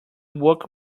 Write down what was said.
woke